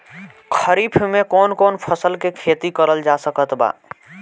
खरीफ मे कौन कौन फसल के खेती करल जा सकत बा?